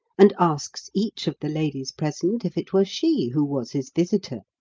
and asks each of the ladies present if it were she who was his visitor.